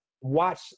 watch